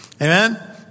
Amen